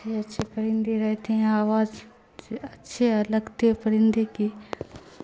اچھے اچھے پرندی رہتے ہیں آواز اچھے لگتے پرندے کی